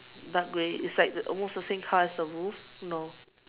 dark grey is like almost the same colour as the roof no